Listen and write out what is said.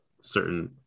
certain